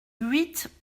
huit